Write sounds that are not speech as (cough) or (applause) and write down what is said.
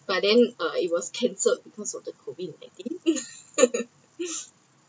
but then uh it was cancelled because of COVID nineteen (laughs)